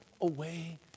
away